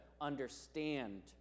understand